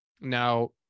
now